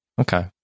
Okay